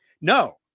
No